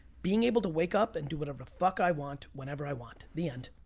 being able to wake up and do whatever the fuck i want whenever i want, the end.